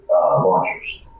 launchers